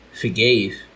forgave